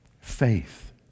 Faith